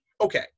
okay